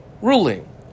ruling